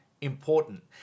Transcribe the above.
important